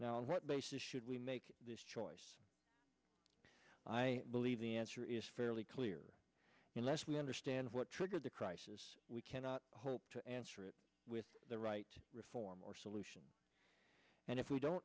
on what basis should we make this choice i believe the answer is fairly clear the less we understand what triggered the crisis we cannot hope to answer it with the right reform or solution and if we don't